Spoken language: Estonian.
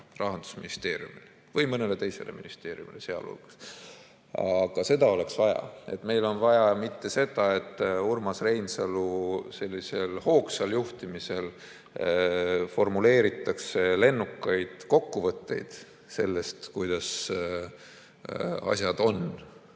Rahandusministeeriumile või mõnele teisele ministeeriumile. Aga seda oleks vaja. Meil ei ole vaja seda, et Urmas Reinsalu hoogsal juhtimisel formuleeritakse lennukaid kokkuvõtteid sellest, kuidas asjad on